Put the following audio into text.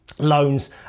loans